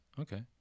Okay